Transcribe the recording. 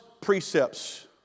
precepts